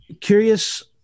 curious